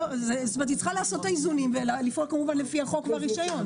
היא צריכה לעשות את האיזונים ולפעול כמובן לפי החוק והרישיון.